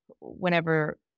whenever